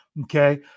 Okay